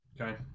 okay